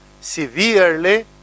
severely